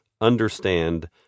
understand